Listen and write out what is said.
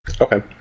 Okay